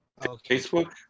Facebook